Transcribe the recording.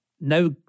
now